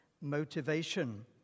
motivation